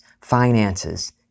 finances